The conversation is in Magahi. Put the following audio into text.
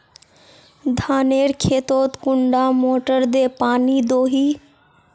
धानेर खेतोत कुंडा मोटर दे पानी दोही?